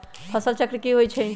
फसल चक्र की होइ छई?